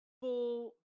full